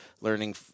learning